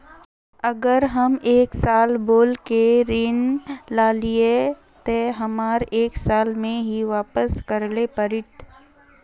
अगर हम एक साल बोल के ऋण लालिये ते हमरा एक साल में ही वापस करले पड़ते?